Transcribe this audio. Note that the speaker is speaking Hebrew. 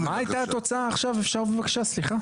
68. מה הייתה התוצאה עכשיו, סליחה?